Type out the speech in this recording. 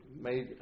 Made